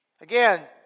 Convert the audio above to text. Again